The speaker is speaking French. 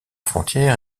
frontières